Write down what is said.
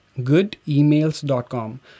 goodemails.com